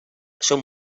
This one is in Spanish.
son